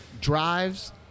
drives